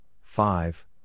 five